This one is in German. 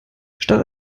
statt